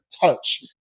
touch